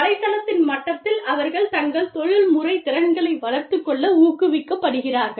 வலைத்தளத்தின் மட்டத்தில் அவர்கள் தங்கள் தொழில்முறை திறன்களை வளர்த்துக் கொள்ள ஊக்குவிக்கப்படுகிறார்கள்